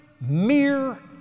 mere